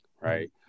right